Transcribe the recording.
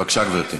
בבקשה, גברתי.